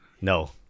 No